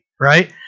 right